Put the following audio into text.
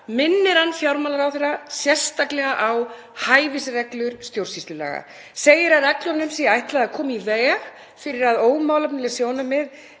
minnir hann fjármálaráðherra sérstaklega á hæfisreglur stjórnsýslulaga, segir að reglunum sé ætlað að koma í veg fyrir að ómálefnaleg sjónarmið